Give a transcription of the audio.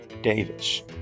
Davis